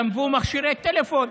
גנבו מכשירי טלפון,